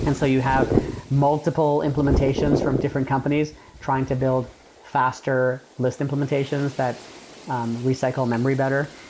and so you have multiple implementations from different companies trying to build faster list implementations that recycle memory better.